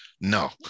No